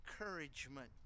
Encouragement